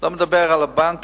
אני לא מדבר על הבנקים,